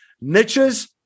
niches